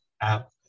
app